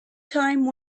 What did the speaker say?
time